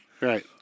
Right